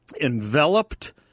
enveloped